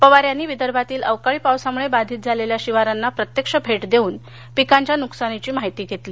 पवार यांनी विदर्भातील अवकाळी पावसामुळे बाधित झालेल्या शिवारांना प्रत्यक्ष भेट देऊन पिकांच्या नुकसानाची माहिती घेतली